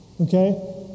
okay